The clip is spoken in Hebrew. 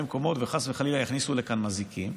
מקומות וחס וחלילה יכניסו לכאן מזיקים,